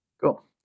Cool